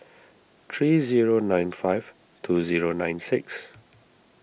three zero nine five two zero nine six